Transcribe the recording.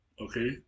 Okay